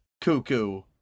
cuckoo